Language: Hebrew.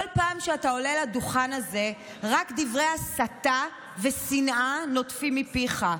כל פעם שאתה עולה לדוכן הזה רק דברי הסתה ושנאה נוטפים מפיך,